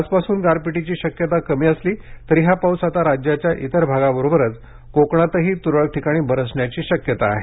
आजपासून गारपिटीची शक्यता कमी असली तरी हा पाऊस आता राज्याच्या इतर भागाबरोबरच कोकणातही त्रळक ठिकाणी बरसण्याची शक्यता आहे